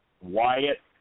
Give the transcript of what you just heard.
wyatt